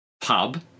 pub